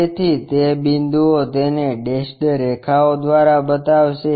તેથી તે બિંદુઓ તેને ડેશ્ડ રેખાઓ દ્વારા બતાવશે